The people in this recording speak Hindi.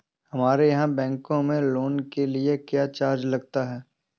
हमारे यहाँ बैंकों में लोन के लिए क्या चार्ज लगता है?